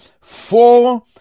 four